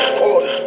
quarter